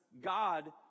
God